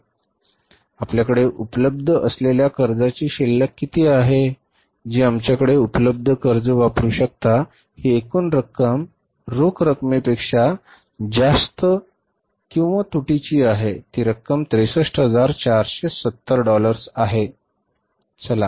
तर आता आपल्याकडे उपलब्ध असलेल्या कर्जाची शिल्लक किती आहे जी आमच्याकडे उपलब्ध कर्ज वापरू शकता ही एकूण रक्कम ही रोख रकमेपेक्षा जास्त तुटीची आहे ती रक्कम 63470 डॉलर्स आहे